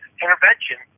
intervention